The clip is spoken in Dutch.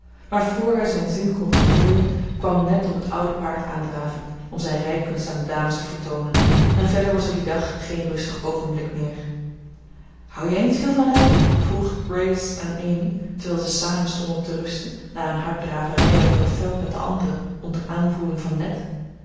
maar voor hij zijn zin kon voltooien kwam ned op het oude paard aandraven om zijn rijkunst aan de dames te vertoonen en verder was er dien dag geen rustig oogenblik meer hou jij niet veel van rijden vroeg grace aan amy terwijl ze samen stonden te rusten na een harddraverij over het veld met de anderen onder aanvoering van ned